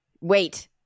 Wait